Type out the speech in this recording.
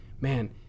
man